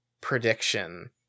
prediction